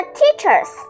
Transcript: teachers